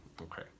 Okay